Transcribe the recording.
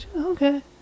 Okay